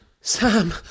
Sam